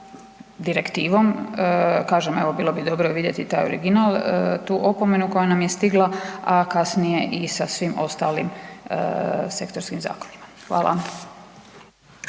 direktivom, kažem, bilo bi dobro vidjeti taj original, tu opomenu koja nam je stigla a kasnije i sa svim ostalim sektorskim zakonima. Hvala.